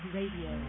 Radio